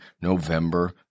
November